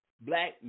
black